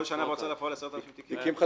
בכל שנה בהוצאה לפועל 10,000 תיקים?